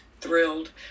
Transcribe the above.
thrilled